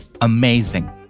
Amazing